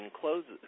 closes